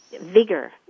vigor